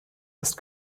ist